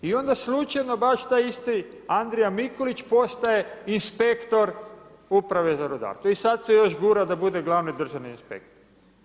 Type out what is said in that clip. I onda slučajno baš taj isti Andrija Mikulić postaje inspektor uprave za rudarstvo i sada se još gura da bude glavni državni inspektor.